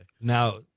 Now